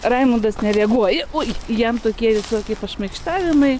raimundas nereaguoja oi jam tokie visokie pašmaikštavimai